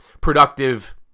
productive